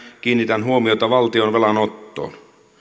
kiinnitän huomiota valtion velanottoon